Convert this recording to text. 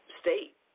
state